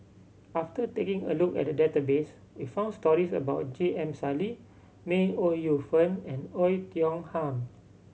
after taking a look at the database we found stories about J M Sali May Ooi Yu Fen and Oei Tiong Ham